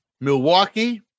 Milwaukee